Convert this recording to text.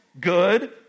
good